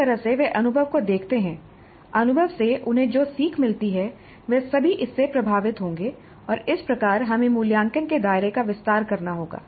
जिस तरह से वे अनुभव को देखते हैं अनुभव से उन्हें जो सीख मिलती है वह सभी इससे प्रभावित होंगे और इस प्रकार हमें मूल्यांकन के दायरे का विस्तार करना होगा